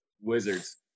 Wizards